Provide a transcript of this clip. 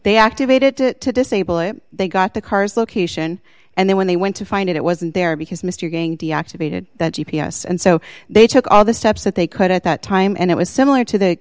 they activated it to disable it they got the car's location and then when they went to find it it wasn't there because mr gang deactivated the g p s and so they took all the steps that they could at that time and it was similar to that